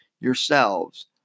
yourselves